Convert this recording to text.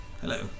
Hello